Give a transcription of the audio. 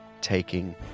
taking